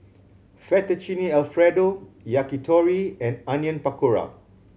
Fettuccine Alfredo Yakitori and Onion Pakora